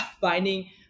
finding